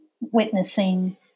witnessing